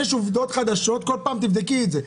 יש עובדות חדשות, כל פעם תבדקי את זה.